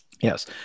yes